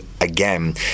again